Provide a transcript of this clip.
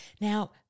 now